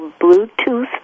Bluetooth